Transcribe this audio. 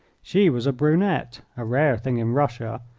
she was a brunette, a rare thing in russia,